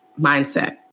mindset